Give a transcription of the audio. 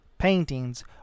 paintings